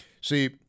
See